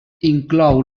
inclou